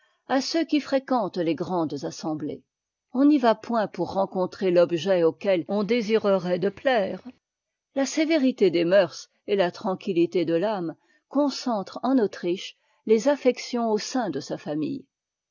à ceux qui fréquentent les grandes assemblées on n'y va point pour rencontrer l'objet auquel on désirerait de plaire la sévérité des mœurs et la tranquillité de l'âme concentrent en autriche les affections au sein de sa famille